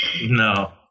No